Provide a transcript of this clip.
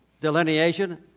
delineation